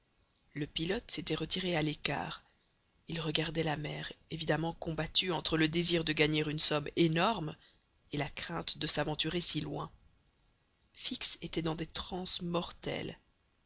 le pilote s'était retiré à l'écart il regardait la mer évidemment combattu entre le désir de gagner une somme énorme et la crainte de s'aventurer si loin fix était dans des